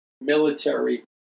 military